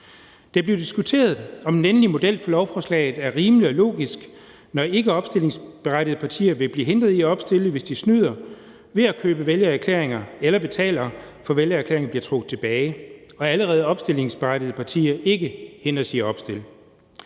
Det blev diskuteret, om den endelige model for lovforslaget er rimelig og logisk, når ikkeopstillingsberettigede partier vil blive hindret i at opstille, hvis de snyder ved at købe vælgererklæringer eller betaler for, at vælgererklæringer bliver trukket tilbage, og hvis allerede opstillingsberettigede partier hindres i at opstille.